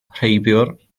rheibiwr